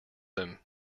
them